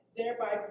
thereby